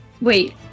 Wait